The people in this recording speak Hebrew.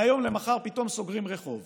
מהיום למחר פתאום סוגרים רחוב